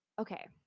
Okay